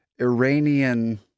Iranian